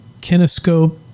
Kinescope